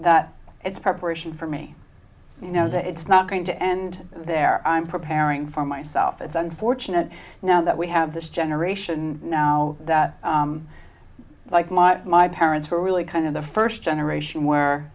that it's preparation for me you know that it's not going to end there i'm preparing for myself it's unfortunate now that we have this generation now that like my parents were really kind of the first generation where